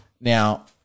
Now